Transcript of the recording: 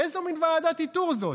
איזו מין ועדת איתור זאת,